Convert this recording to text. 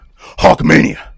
Hawkmania